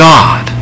God